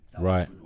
Right